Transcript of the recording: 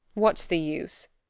what's the use?